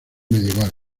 medieval